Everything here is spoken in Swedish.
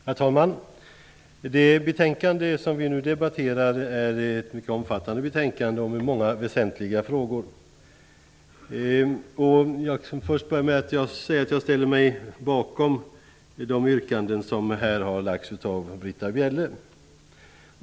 Herr talman! Det betänkande som vi nu debatterar är ett mycket omfattande betänkande om några väsentliga frågor. Jag ställer mig bakom de yrkanden som här har ställts av Britta Bjelle.